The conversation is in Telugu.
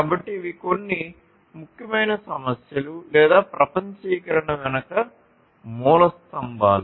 కాబట్టి ఇవి కొన్ని ముఖ్యమైన సమస్యలు లేదా ప్రపంచీకరణ వెనుక మూలస్తంభాలు